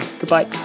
goodbye